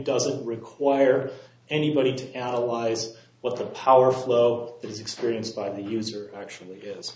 doesn't require anybody to analyze what the power flow is experienced by the user actually i